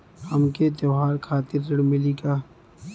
हमके त्योहार खातिर ऋण मिली का?